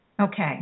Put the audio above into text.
okay